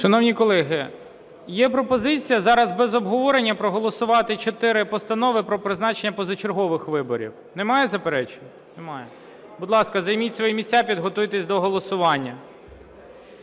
Шановні колеги, є пропозиція зараз без обговорення проголосувати чотири постанови про призначення позачергових виборів. Немає заперечень? Немає. Будь ласка, займіть свої місця і підготуйтесь до голосування.